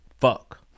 Fuck